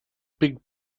big